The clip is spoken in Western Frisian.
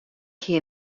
hie